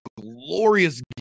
glorious